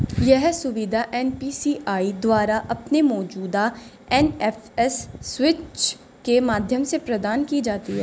यह सुविधा एन.पी.सी.आई द्वारा अपने मौजूदा एन.एफ.एस स्विच के माध्यम से प्रदान की जाती है